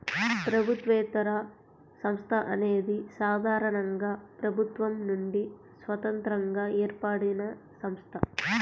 ప్రభుత్వేతర సంస్థ అనేది సాధారణంగా ప్రభుత్వం నుండి స్వతంత్రంగా ఏర్పడినసంస్థ